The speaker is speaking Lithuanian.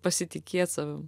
pasitikėt savim